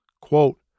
Quote